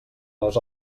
les